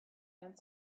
and